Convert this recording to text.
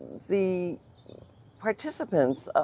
the participants,